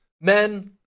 Men